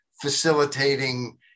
facilitating